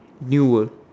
you will